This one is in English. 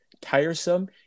tiresome